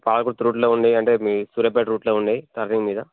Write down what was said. పాలకొత్తు రూట్లో ఉన్నయ్ అంటే మీ సూర్యపేట రూట్లో ఉన్నయ్ టర్నింగ్ మీద